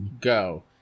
go